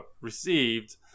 received